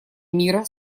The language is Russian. мира